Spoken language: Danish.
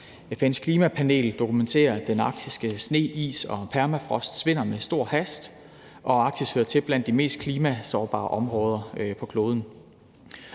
findes klimapaneler, der dokumenterer, at den arktiske sne, is og permafrost svinder med stor hast, og Arktis hører til blandt de mest klimasårbare områder på kloden.